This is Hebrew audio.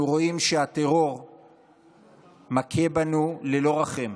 אנחנו רואים שהטרור מכה בנו ללא רחם.